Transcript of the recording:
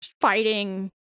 fighting